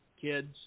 kids